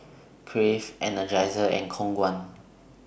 Crave Energizer and Khong Guan